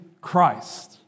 Christ